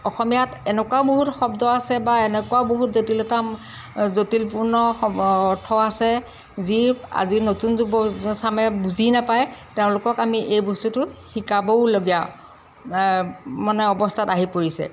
অসমীয়াত এনেকুৱাও বহুত শব্দ আছে বা এনেকুৱাও বহুত জটিলতা জটিলপূৰ্ণ শব্দ অৰ্থ আছে যি আজি নতুন যুৱচামে বুজি নাপায় তেওঁলোকক আমি এই বস্তুটো শিকাবওলগীয়া মানে অৱস্থাত আহি পৰিছে